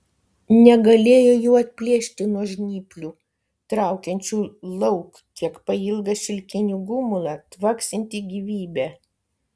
negalėjo jų atplėšti nuo žnyplių traukiančių lauk kiek pailgą šilkinį gumulą tvaksintį gyvybe